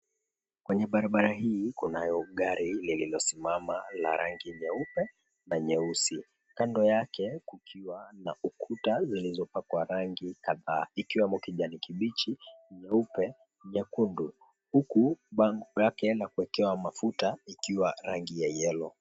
Kwenye barabara hii kunayo gari lililosimama la rangi nyeupe na nyeusi. Kando yake kukiwa na ukuta zilizopakwa rangi kadhaa ikiwemo kijani kibichi, nyeupe, nyekundu huku bango yake la kuekewa mafuta ikiwa rangi ya yellow .